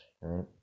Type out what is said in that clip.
right